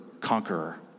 conqueror